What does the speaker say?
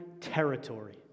territory